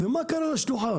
ומה קרה לשלוחה?